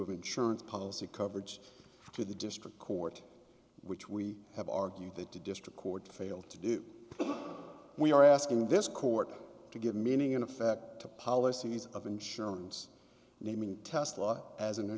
of insurance policy coverage to the district court which we have argued that the district court failed to do we are asking this court to give meaning in effect to policies of insurance naming test lot as an a